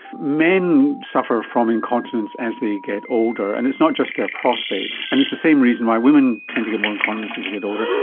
men suffer from incontinence as they get older, and it's not just their prostate, and it's the same reason why women tend to get more incontinence as they get older,